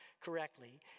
correctly